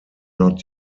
not